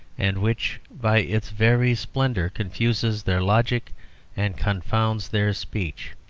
and which by its very splendour confuses their logic and confounds their speech.